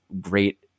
great